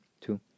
two